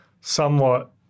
somewhat